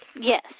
Yes